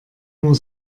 nur